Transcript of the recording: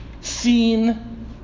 seen